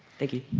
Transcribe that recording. thank you.